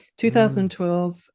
2012